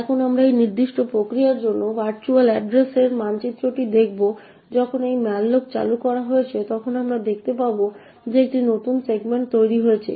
এখন আমরা এই নির্দিষ্ট প্রক্রিয়ার জন্য ভার্চুয়াল এড্ড্রেসের মানচিত্রটি দেখব যখন এই malloc চালু করা হয়েছে তখন আমরা দেখতে পাব যে একটি নতুন সেগমেন্ট তৈরি করা হয়েছে